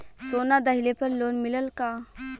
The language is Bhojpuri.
सोना दहिले पर लोन मिलल का?